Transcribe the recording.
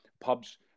pubs